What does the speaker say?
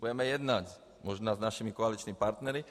Budeme jednat, možná s našimi koaličními partnery.